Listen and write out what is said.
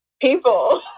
People